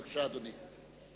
בבקשה, אדוני.